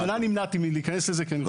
בכוונה נמנעתי מלהיכנס לזה כי אני חושב